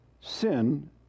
Sin